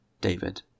David